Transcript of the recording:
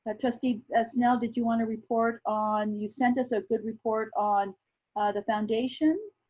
but trustee ah snell, did you want to report on, you sent us a good report on the foundation?